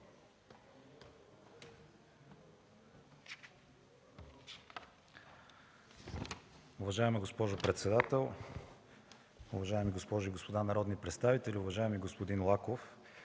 Уважаема госпожо председател, уважаеми дами и господа народни представители! Уважаеми господин Минчев,